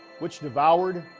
which devoured,